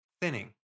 thinning